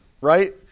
right